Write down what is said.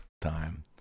time